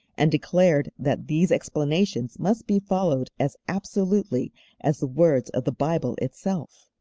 and declared that these explanations must be followed as absolutely as the words of the bible itself.